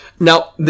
Now